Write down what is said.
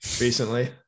recently